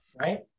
right